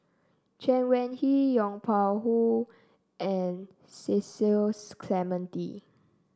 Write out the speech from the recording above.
Chen Wen Hsi Yong Pung Hoo and Cecil Clementi